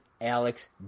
Alex